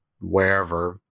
wherever